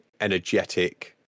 energetic